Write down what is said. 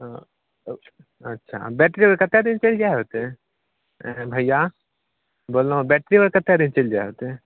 हँ अच्छा बैट्री पर कते दिन चलि जाइ होतै भैया बोलहो बैट्री पर कते दिन चलि जाइ होतै